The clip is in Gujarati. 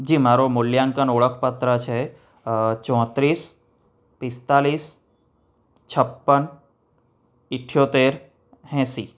જી મારો મૂલ્યાંકન ઓળખ પત્ર છે ચોત્રીસ પિસ્તાલિસ છપ્પન ઈઠ્યોતેર એંશી